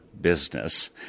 business